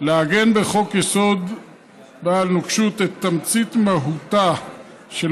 "לעגן בחוק-יסוד בעל נוקשות את תמצית מהותה של